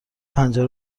پنجره